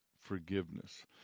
forgiveness